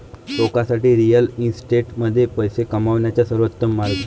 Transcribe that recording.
लोकांसाठी रिअल इस्टेटमध्ये पैसे कमवण्याचा सर्वोत्तम मार्ग